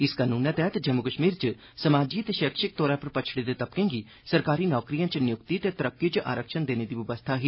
इस कानूनै तैह्त जम्मू कश्मीर च समाजी ते शैक्षिक तौरा पर पच्छड़े दे तबकें गी सरकारी नौकरिएं च नियुक्ति ते तरक्की च आरक्षण देने दी बवस्था ही